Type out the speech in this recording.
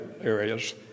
areas